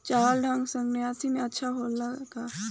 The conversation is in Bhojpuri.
चावल ठंढ सह्याद्री में अच्छा होला का?